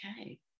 okay